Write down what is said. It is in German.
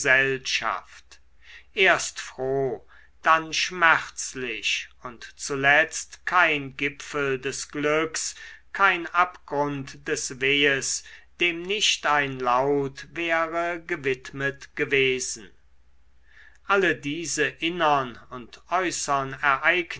gesellschaft erst froh dann schmerzlich und zuletzt kein gipfel des glücks kein abgrund des wehes dem nicht ein laut wäre gewidmet gewesen alle diese innern und äußern